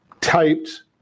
typed